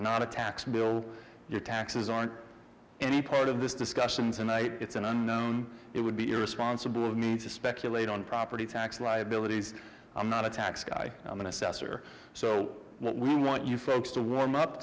not a tax bill your taxes aren't any part of this discussion tonight it's an unknown it would be irresponsible of me to speculate on property tax liabilities i'm not a tax guy i'm an assessor so what we want you folks to warm up